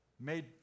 made